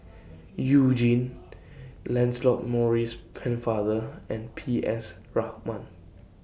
YOU Jin Lancelot Maurice Pennefather and P S Raman